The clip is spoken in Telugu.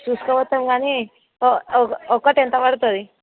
తీసుకుపోతాం కానీ ఒకటి ఎంత పడుతుంది